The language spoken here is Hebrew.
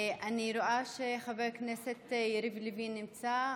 אני רואה שחבר הכנסת יריב לוין נמצא.